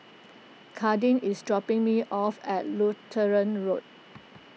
Kadin is dropping me off at Lutheran Road